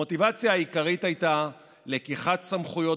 המוטיבציה העיקרית הייתה לקיחת סמכויות